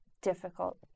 difficult